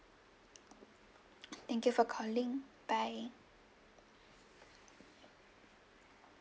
thank you for calling bye